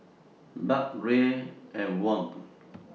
Baht Riel and Won